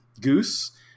Goose